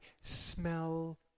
smell